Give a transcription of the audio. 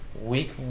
week